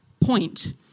point